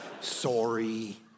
Sorry